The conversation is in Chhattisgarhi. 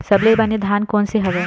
सबले बने धान कोन से हवय?